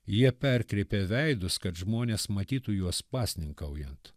jie perkreipia veidus kad žmonės matytų juos pasninkaujant